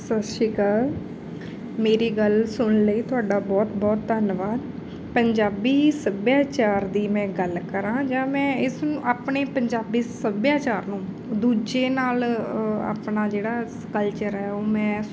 ਸਤਿ ਸ਼੍ਰੀ ਅਕਾਲ ਮੇਰੀ ਗੱਲ ਸੁਣਨ ਲਈ ਤੁਹਾਡਾ ਬਹੁਤ ਬਹੁਤ ਧੰਨਵਾਦ ਪੰਜਾਬੀ ਸੱਭਿਆਚਾਰ ਦੀ ਮੈਂ ਗੱਲ ਕਰਾਂ ਜਾਂ ਮੈਂ ਇਸਨੂੰ ਆਪਣੇ ਪੰਜਾਬੀ ਸੱਭਿਆਚਾਰ ਨੂੰ ਦੂਜੇ ਨਾਲ ਆਪਣਾ ਜਿਹੜਾ ਕਲਚਰ ਹੈ ਉਹ ਮੈਂ